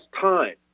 time